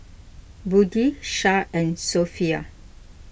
Budi Shah and Sofea